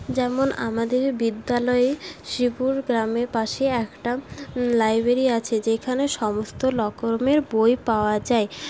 যেমন আমাদের বিদ্যালয়ে শিবুর গ্রামের পাশেই একটা লাইব্রেরি আছে যেখানে সমস্ত রকমের বই পাওয়া যায়